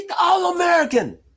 all-American